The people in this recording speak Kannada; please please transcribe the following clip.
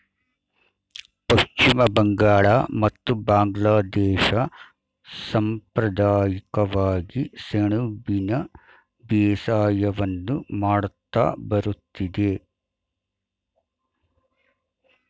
ಪಶ್ಚಿಮ ಬಂಗಾಳ ಮತ್ತು ಬಾಂಗ್ಲಾದೇಶ ಸಂಪ್ರದಾಯಿಕವಾಗಿ ಸೆಣಬಿನ ಬೇಸಾಯವನ್ನು ಮಾಡುತ್ತಾ ಬರುತ್ತಿದೆ